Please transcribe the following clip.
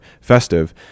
festive